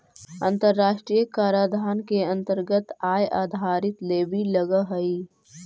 अन्तराष्ट्रिय कराधान के अन्तरगत आय आधारित लेवी लगअ हई